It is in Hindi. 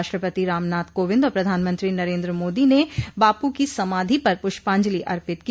राष्ट्रपति रामनाथ कोविंद और प्रधानमंत्री नरेन्द्र मादी ने बापू की समाधि पर पुष्पांजलि अर्पित की